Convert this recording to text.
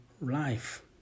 life